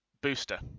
booster